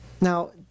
Now